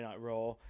Raw